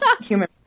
Human